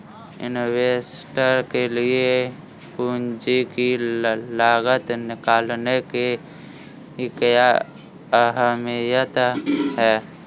Investor के लिए पूंजी की लागत निकालने की क्या अहमियत है?